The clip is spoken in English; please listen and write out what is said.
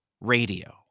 radio